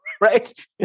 right